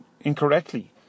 incorrectly